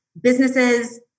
businesses